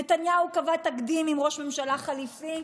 נתניהו קבע תקדים עם ראש ממשלה חליפי,